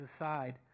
aside